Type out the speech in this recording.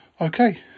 Okay